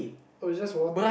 oh it's just water